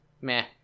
meh